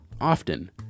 often